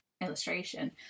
illustration